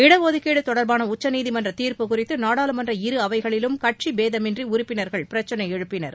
இட ஒதுக்கீடு தொடர்பான உச்சநீதிமன்ற தீர்ப்பு குறித்து நாடாளுமன்ற இரு அவைகளிலும் கட்சி பேதமின்றி உறுப்பினர்கள் பிரச்னை எழுப்பினர்